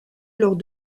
lors